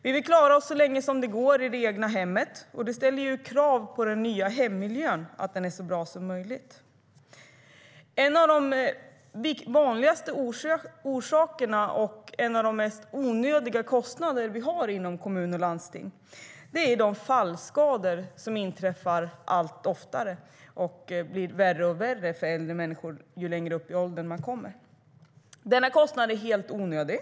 Vi vill klara oss så länge som det går i det egna hemmet, och det ställer krav på att den nya hemmiljön är så bra som möjligt. En av de vanligaste orsakerna till onödiga kostnader inom kommun och landsting är de fallskador som inträffar allt oftare och blir värre och värre för äldre människor ju längre upp i åldrarna de kommer. Denna kostnad är helt onödig.